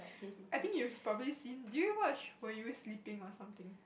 I think you probably seen do you watch were you sleeping or something